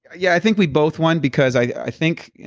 yeah, think we both won because i think,